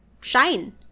shine